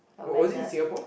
wa~ was it in Singapore